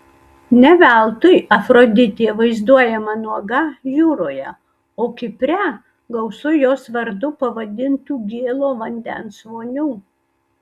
ne veltui afroditė vaizduojama nuoga jūroje o kipre gausu jos vardu pavadintų gėlo vandens vonių